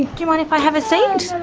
you mind if i have a seat?